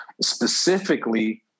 specifically